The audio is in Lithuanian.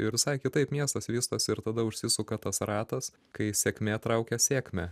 ir visai kitaip miestas vystosi ir tada užsisuka tas ratas kai sėkmė traukia sėkmę